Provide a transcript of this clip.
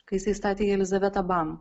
kai jisai statė jelizavetą bam